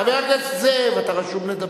כל מי שנתפס, חבר הכנסת זאב, אתה רשום לדבר.